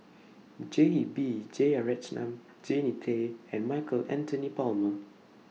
J B Jeyaretnam Jannie Tay and Michael Anthony Palmer